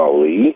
Ali